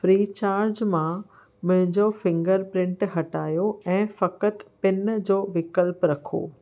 Freecharge मां मुंहिंजो फिंगरप्रिंटु हटायो ऐं फक़ति पिन जो विकल्पु रखो